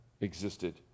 existed